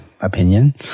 opinion